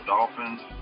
Dolphins